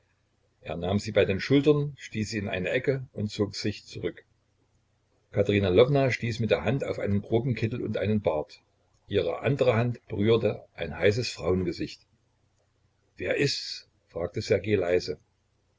er nahm sie bei den schultern stieß sie in eine ecke und zog sich zurück katerina lwowna stieß mit der hand auf einen groben kittel und einen bart ihre andere hand berührte ein heißes frauengesicht wer ist's fragte ssergej leise